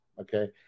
okay